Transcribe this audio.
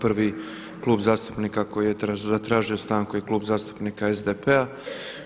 Prvi klub zastupnika koji je zatražio stanku je Klub zastupnika SDP-a.